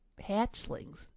hatchlings